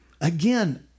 again